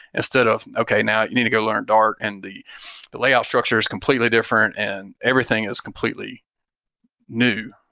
instead of okay, now you need to go learn dart and the the layout structure is completely different and everything is completely new.